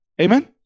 Amen